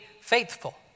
faithful